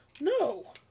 No